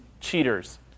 cheaters